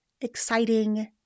exciting